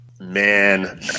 man